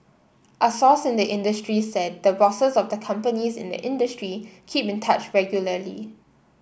a source in the industry said the bosses of the companies in the industry keep in touch regularly